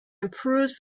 improves